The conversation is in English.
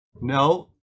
no